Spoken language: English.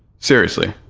seriously,